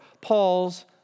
Paul's